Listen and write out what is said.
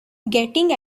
getting